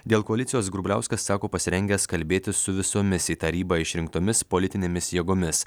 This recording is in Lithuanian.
dėl koalicijos grubliauskas sako pasirengęs kalbėtis su visomis į tarybą išrinktomis politinėmis jėgomis